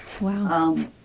Wow